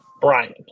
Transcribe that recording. Brian